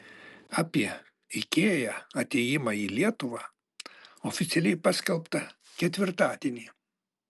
apie ikea atėjimą į lietuvą oficialiai paskelbta ketvirtadienį